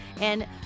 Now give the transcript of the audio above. And-